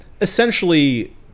essentially